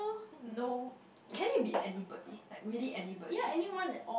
no can it be anybody like really anybody